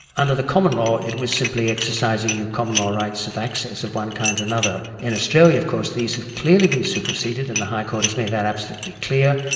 under the common law, it was simply exercising your common law rights of access of one kind or another. in australia of course these have clearly been superseded and the high court has made that absolutely clear,